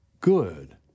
good